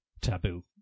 taboo